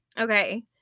okay